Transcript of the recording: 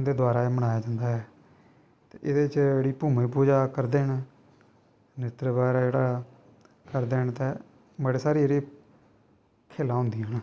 उंदे द्वारा एह् मनाया जंदा ऐ ते एह्दे च जेह्ड़ी भुङन पूजा करदे न मित्र वार जेह्ड़ा करदे न ते बड़े साढ़े जेह्ड़े खेल्लां होंदियां न